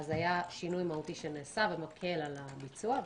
אז היה שינוי מהותי שנעשה ומקל על הביצוע.